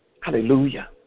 Hallelujah